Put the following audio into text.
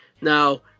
now